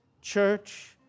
church